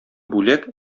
бүләк